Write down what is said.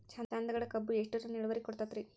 ಚಂದಗಡ ಕಬ್ಬು ಎಷ್ಟ ಟನ್ ಇಳುವರಿ ಕೊಡತೇತ್ರಿ?